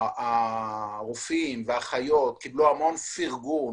הרופאים והאחיות קבלו המון פרגון,